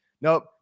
Nope